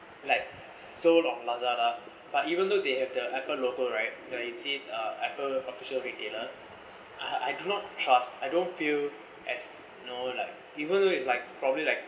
like so long lazada but even though they have the apple logo right that it says apple official retailer I do not trust I don't feel as no like even though it's like probably like